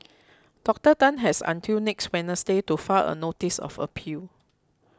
Doctor Tan has until next Wednesday to file a notice of appeal